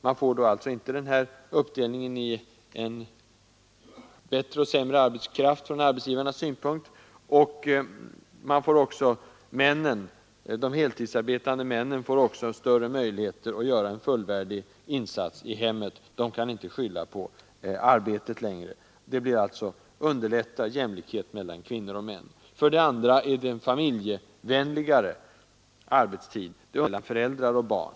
Man skulle slippa den nuvarande uppdelningen ifrån arbetsgivarnas synpunkt bättre och sämre arbetskraft. De heltidsarbetande männen får också större möjlighet att göra en fullvärdig insats i hemmet. De kan inte skylla på arbetet längre. För det andra blir det en familjevänligare arbetstid än den nuvarande, genom att den underlättar kontakten mellan föräldrar och barn.